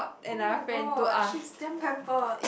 oh-my-god she's damn pampered